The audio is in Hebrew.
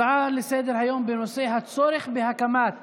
הצעה לסדר-היום בנושא: הצורך בהקמת